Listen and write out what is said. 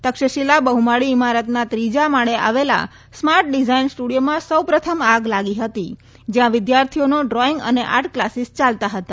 તક્ષશિલા બહુમાળી ઇમારતના ત્રીજા માળે આવેલા સ્માર્ટ ડિઝાઇન સ્ટુડિયોમાં સૌ પ્રથમ આગ લાગી હતી જ્યાં વિદ્યાર્થીઓનો ડ્રોઇંગ અને આર્ટ કલાસીસ ચાલતા હતા